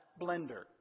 blender